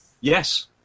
Yes